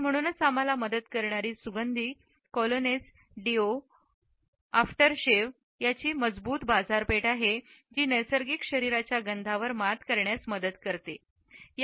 आणि म्हणूनच आम्हाला मदत करणारी सुगंध कोलोनेस डीईओ ऑफ्टरशेव्हसची खूप मजबूत बाजारपेठ आहे जी नैसर्गिक शरीराच्या गंधांवर मात करण्यास मदत करतात